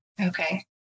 Okay